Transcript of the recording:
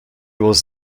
was